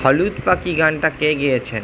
হলুদ পাখি গানটা কে গেয়েছেন